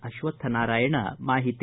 ಅಕ್ವತ್ತನಾರಾಯಣ ಮಾಹಿತಿ